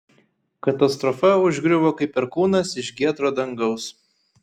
katastrofa užgriuvo kaip perkūnas iš giedro dangaus